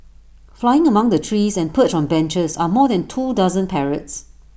flying among the trees and perched on benches are more than two dozen parrots